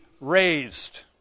raised